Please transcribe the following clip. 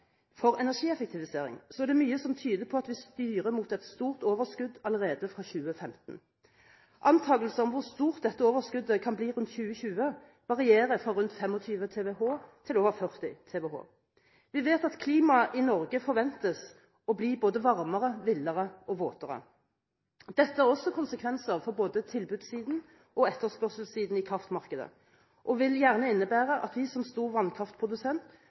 for et uforløst potensial for energieffektivisering, er det mye som tyder på at vi styrer mot et stort kraftoverskudd allerede fra 2015. Antagelser om hvor stort dette overskuddet kan bli rundt 2020, varierer fra rundt 25 TWh til over 40 TWh. Vi vet at klimaet i Norge forventes å bli både varmere, villere og våtere. Dette har også konsekvenser for både tilbuds- og etterspørselssiden i kraftmarkedet og vil gjerne innebære at vi som stor vannkraftprodusent